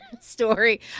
story